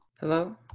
Hello